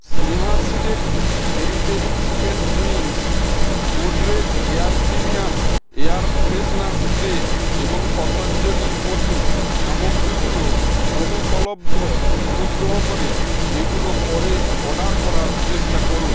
Sneha select peri peri chicken wings Godrej air premium air freshener spray এবং পতঞ্জলি মধু সামগ্রীগুলো অনুপলব্ধ অনুগ্রহ করে এগুলো পরে অর্ডার করার চেষ্টা করুন